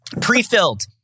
Pre-filled